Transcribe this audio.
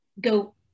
go